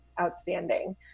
outstanding